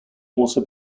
also